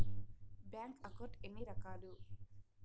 bank account ఎన్ని రకాలు